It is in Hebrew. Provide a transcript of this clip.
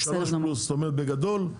בגדול,